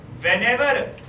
whenever